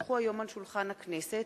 כי הונחו היום על שולחן הכנסת,